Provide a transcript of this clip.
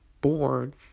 born